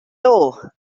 all